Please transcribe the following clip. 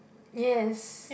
yes